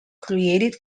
created